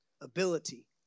ability